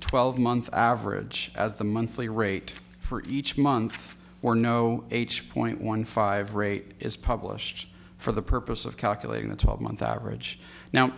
twelve month average as the monthly rate for each month or no h point one five rate is published for the purpose of calculating the top month average now